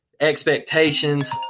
Expectations